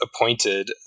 appointed